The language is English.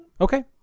Okay